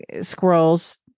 squirrels